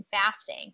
fasting